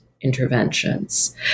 interventions